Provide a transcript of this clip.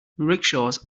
rickshaws